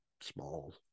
Small